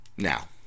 Now